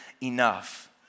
enough